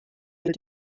mit